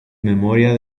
memoria